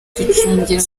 kwicungira